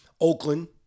Oakland